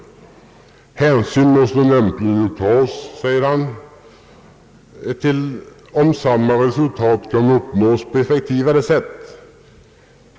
Hänsyn måste nämligen för det första tas till om samma resultat kan nås på ett effektivare sätt.